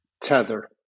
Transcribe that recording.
tether